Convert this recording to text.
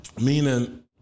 Meaning